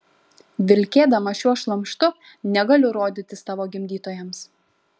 vilkėdama šiuo šlamštu negaliu rodytis tavo gimdytojams